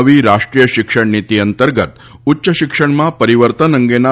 નવી રાષ્ટ્રીય શિક્ષણ નીતિ અંતર્ગત ઉચ્ય શિક્ષણમાં પરિવર્તન અંગેના